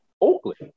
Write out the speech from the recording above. Oakland